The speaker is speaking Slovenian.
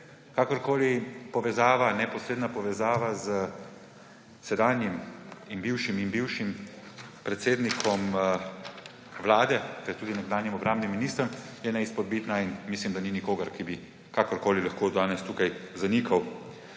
Kakorkoli, neposredna povezava s sedanjim in bivšim in bivšim predsednikom Vlade ter tudi nekdanjim obrambnim ministrom je neizpodbitna in mislim, da ni nikogar, ki bi kakorkoli lahko danes tukaj zanikal.